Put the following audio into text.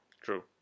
True